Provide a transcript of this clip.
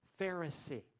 Pharisee